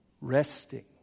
Resting